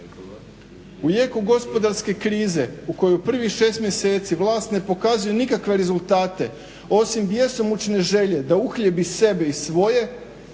U jeku gospodarske krize u kojoj u prvih šest mjeseci vlast ne pokazuje nikakve rezultate osim bjesomučne želje da uhljebi sebe i svoje